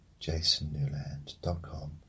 JasonNewland.com